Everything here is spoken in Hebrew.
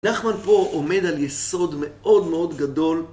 נחמן פה עומד על יסוד מאוד מאוד גדול